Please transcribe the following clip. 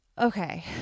okay